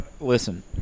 listen